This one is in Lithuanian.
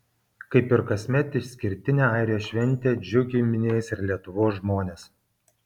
kaip ir kasmet išskirtinę airijos šventę džiugiai minės ir lietuvos žmonės